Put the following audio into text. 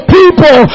people